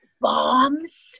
bombs